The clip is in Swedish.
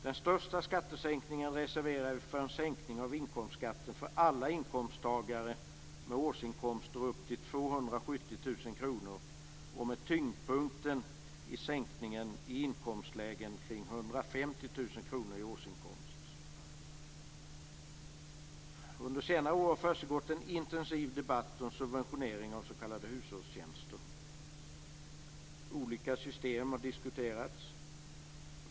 Den största skattesänkningen reserverar vi för en sänkning av inkomstskatten för alla inkomsttagare med årsinkomster upp till 270 000 kr, och med tyngdpunkten på inkomstlägen kring 150 000 kr i årsinkomst. Under senare år har det försiggått en intensiv debatt om subventionering av s.k. hushållstjänster. Olika system har diskuterats.